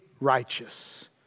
righteous